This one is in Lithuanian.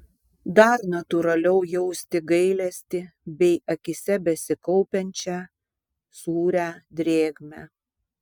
dar natūraliau jausti gailestį bei akyse besikaupiančią sūrią drėgmę